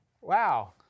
Wow